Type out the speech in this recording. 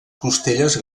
costelles